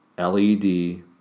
LED